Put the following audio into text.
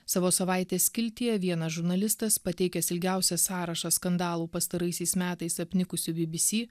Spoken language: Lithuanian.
savo savaitės skiltyje vienas žurnalistas pateikęs ilgiausią sąrašą skandalų pastaraisiais metais apnikusių bbc